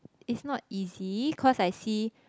it's not easy cause I see